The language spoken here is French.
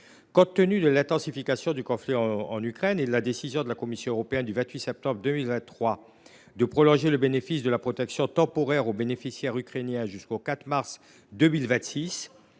Compte tenu de l’intensification du conflit en Ukraine et de la décision prise par la Commission européenne, le 28 septembre 2023, de prolonger le bénéfice de la protection temporaire accordée aux réfugiés ukrainiens jusqu’au 4 mars 2026,